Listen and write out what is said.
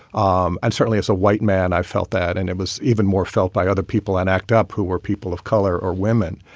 um i'm certainly as a white man. i felt that and it was even more felt by other people and act up who were people of color or women.